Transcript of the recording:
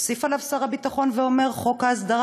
מוסיף עליו שר הביטחון ואומר: חוק ההסדרה